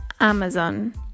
Amazon